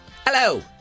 Hello